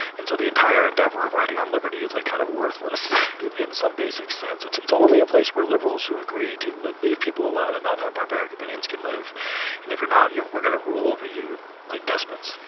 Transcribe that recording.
and so the entire endeavor of riding on liberty is like kind of worthless in some basic sense. it's it's only a place where liberals who agree to leave people alone and not have barbaric opinions can live and if not yeah we're going to rule over you like despots.